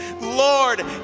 Lord